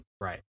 Right